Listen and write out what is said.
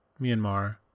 Myanmar